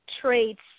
traits